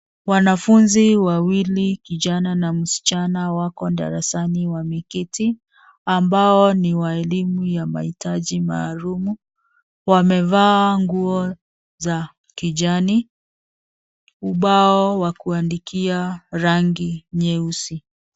Wanafunzi wawili kijana na msichana wako darasani wameketi ambao ni wa elimu ya mahitaji maalum wamevaa nguo za kijani, ubao wa kuandikia rangi nyeusi.